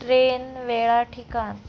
train वेळा ठिकाण